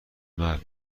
مرد